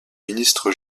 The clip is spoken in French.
ministre